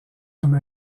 comme